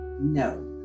No